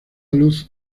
luz